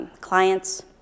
clients